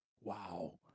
Wow